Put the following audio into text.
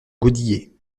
godiller